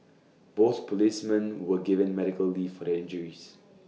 both policemen were given medical leave for their injuries